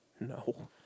No